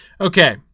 Okay